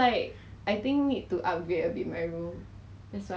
你每次吃 vanilla cake ah 不是 yellow colour 那一层